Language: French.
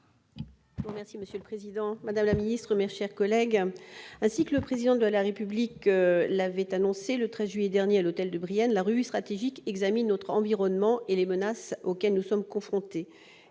Monsieur le président, madame la ministre, mes chers collègues, ainsi que le Président de la République l'avait annoncé le 13 juillet dernier à l'hôtel de Brienne, la revue stratégique examine notre environnement et les menaces auxquelles nous sommes confrontés.